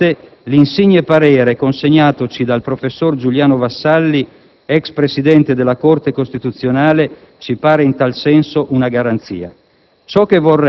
D'altra parte l'insigne parere consegnatoci dal professor Giuliano Vassalli, ex presidente della Corte costituzionale, ci pare essere, in tal senso, una garanzia.